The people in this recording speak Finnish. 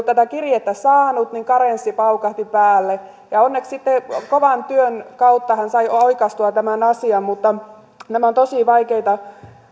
tätä kirjettä saanut niin karenssi paukahti päälle onneksi sitten kovan työn kautta hän sai oikaistua tämän asian mutta nämä ovat tosi vaikeita